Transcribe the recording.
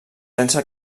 densa